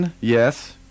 yes